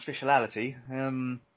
officiality